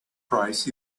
price